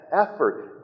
effort